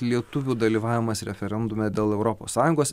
lietuvių dalyvavimas referendume dėl europos sąjungos